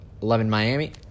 11-Miami